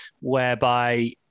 whereby